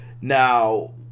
Now